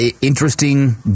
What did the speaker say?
interesting